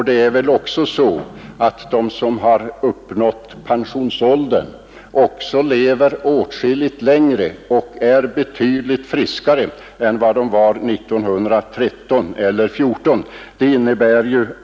De som nu uppnår pensionsål dern lever alltså åtskilligt längre och är betydligt friskare än motsvarande grupper 1913 eller 1914.